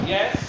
Yes